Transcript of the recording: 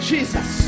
Jesus